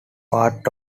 part